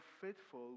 faithful